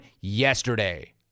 yesterday